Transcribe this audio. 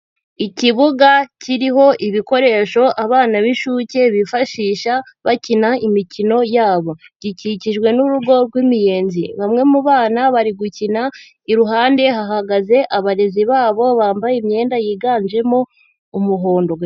Ikibuga kiriho ibikoresho abana b'inshuke bifashisha bakina imikino yabo, gikikijwe n'urugo rw'imiyenzi, bamwe mu bana bari gukina iruhande hahagaze abarezi babo bambaye imyenda yiganjemo umuhondo.